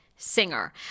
singer